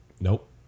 Nope